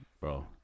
bro